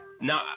no